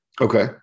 Okay